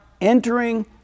entering